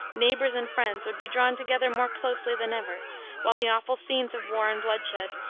neighbors and friends, would be drawn together more closely than ever while the awful scenes of war and bloodshed,